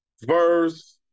verse